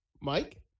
Mike